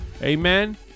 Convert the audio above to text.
Amen